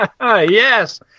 Yes